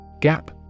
Gap